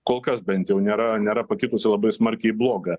kol kas bent jau nėra nėra pakitusi labai smarkiai į bloga